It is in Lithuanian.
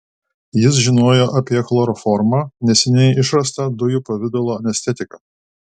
jis žinojo apie chloroformą neseniai išrastą dujų pavidalo anestetiką